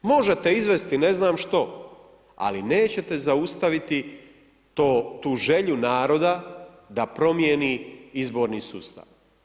Možete izvesti ne znam što, ali nećete zaustaviti tu želju naroda da promijeni izborni sustav.